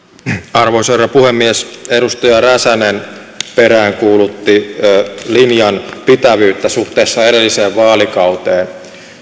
arvoisa herra puhemies edustaja räsänen peräänkuulutti linjan pitävyyttä suhteessa edelliseen vaalikauteen